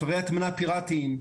אתרי הטמנה פיראטיים.